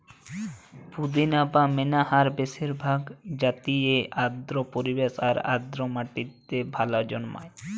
পুদিনা বা মেন্থার বেশিরভাগ জাতিই আর্দ্র পরিবেশ আর আর্দ্র মাটিরে ভালা জন্মায়